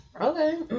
Okay